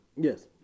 yes